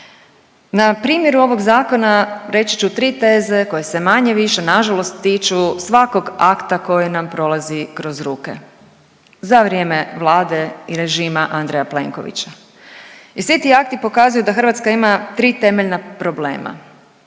Na primjeru ovog zakona reći ću tri teze koje se manje-više nažalost tiču svakog akta koji nam prolazi kroz ruke za vrijeme Vlade i režima Andreja Plenkovića. I svi ti akti pokazuju da Hrvatska ima tri temeljna problema.